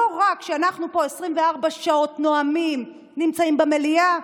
לא רק שאנחנו פה 24 שעות נואמים, נמצאים במליאה,